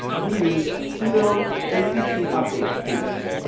we use sudo apt update to do this.